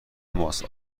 ماست